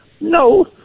No